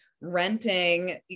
renting